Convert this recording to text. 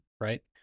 right